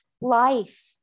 life